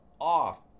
off